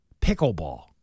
pickleball